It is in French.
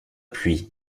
pluie